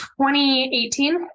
2018